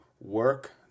work